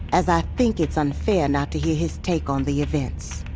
as i think it's unfair not to hear his take on the events.